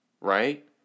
Right